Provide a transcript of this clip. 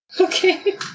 Okay